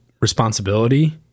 responsibility